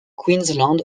queensland